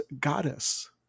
goddess